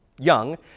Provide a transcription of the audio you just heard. young